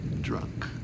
drunk